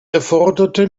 erforderte